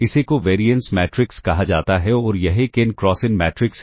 इसे covariance matrix कहा जाता है और यह एक n क्रॉस n मैट्रिक्स है